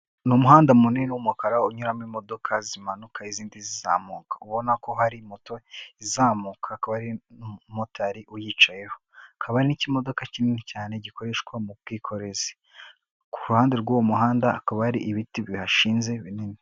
Ni umuhanda munini w'umukara unyuramo imodoka zimanuka izindi zizamuka, ubona ko hari moto izamuka, akaba ari umumotari uyicayeho hakaba n'ikimodoka kinini cyane gikoreshwa mu bwikorezi, ku ruhande rw'uwo muhanda hakaba hari ibiti bihashinze binini.